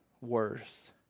worse